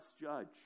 judge